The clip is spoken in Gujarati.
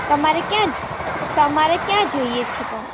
તમારે ક્યાં તમારે ક્યાં જોઈએ છે પણ